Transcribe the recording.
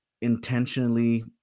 intentionally